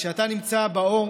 כשאתה נמצא באור